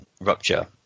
rupture